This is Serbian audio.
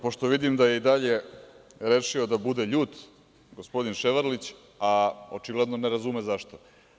Pošto vidim da je i dalje rešio da bude ljut gospodin Ševarlić, očigledno ne razume zašto.